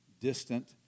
distant